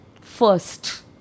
first